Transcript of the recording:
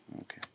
Okay